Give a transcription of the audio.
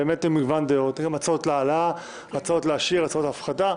היו הצעות להעלאה, הצעות להשאיר, הצעות להפחתה.